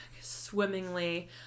swimmingly